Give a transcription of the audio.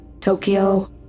Tokyo